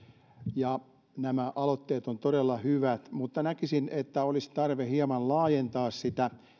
ja nämä aloitteet ovat todella hyvät mutta näkisin että olisi tarve hieman laajentaa